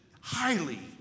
highly